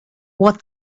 what